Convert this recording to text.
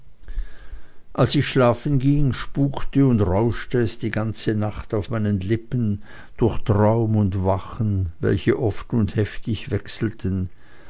als ich schlafen ging spukte und rauschte es die ganze nacht auf meinen lippen durch traum und wachen welche oft und heftig wechselten